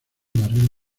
barril